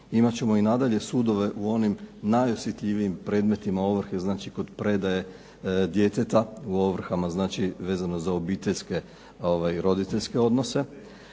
Imat ćemo i nadalje sudove u onim najosjetljivijim predmetima ovrhe, znači kod predaje djeteta u ovrhama, znači vezano za obiteljske, roditeljske odnose.